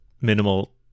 minimal